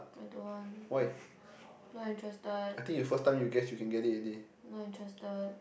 why I think you first time you guess you can get it already